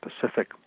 Pacific